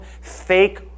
fake